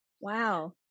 Wow